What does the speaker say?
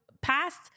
past